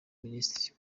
minisitiri